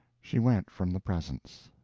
she went from the presence.